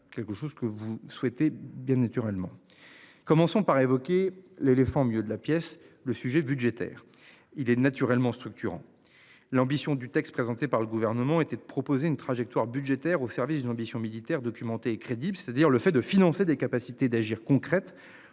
quelque chose que vous souhaitez bien naturellement. Commençons par évoquer l'éléphant milieu de la pièce le sujet budgétaire, il est naturellement structurant l'ambition du texte présenté par le gouvernement était de proposer une trajectoire budgétaire au service d'une ambition militaire documentée et crédible, c'est-à-dire le fait de financer des capacités d'agir concrète